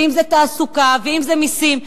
אם זה תעסוקה ואם זה מסים.